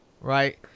right